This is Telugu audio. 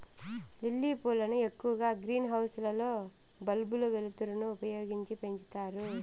లిల్లీ పూలను ఎక్కువగా గ్రీన్ హౌస్ లలో బల్బుల వెలుతురును ఉపయోగించి పెంచుతారు